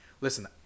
listen